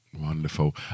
Wonderful